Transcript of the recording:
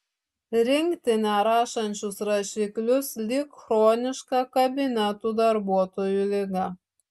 rinkti nerašančius rašiklius lyg chroniška kabinetų darbuotojų liga